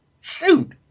Shoot